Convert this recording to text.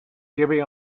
giving